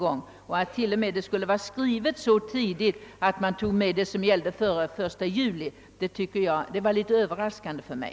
Att yttrandet t.o.m. skulle vara skrivet så tidigt att man tagit med vad som gällde före den 1 juli var litet överraskande för mig.